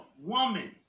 woman